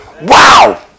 Wow